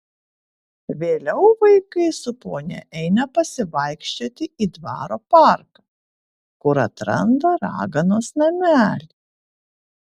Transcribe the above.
vėliau vaikai su ponia eina pasivaikščioti į dvaro parką kur atranda raganos namelį